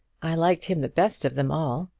i liked him the best of them all.